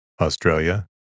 Australia